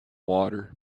water